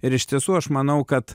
ir iš tiesų aš manau kad